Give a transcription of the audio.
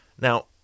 Now